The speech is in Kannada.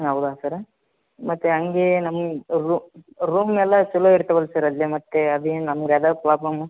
ಹೌದಾ ಸರ್ ಮತ್ತೆ ಹಂಗೆ ನಮ್ಮ ರೂಮ್ ಎಲ್ಲ ಚಲೋ ಇರ್ತಾವಲ್ಲ ಸರ್ ಅಲ್ಲಿ ಮತ್ತೆ ಅದೇ ನಮ್ಗೆ ಅದೇ ಪ್ರಾಬ್ಲಮ್ಮು